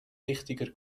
wichtiger